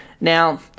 Now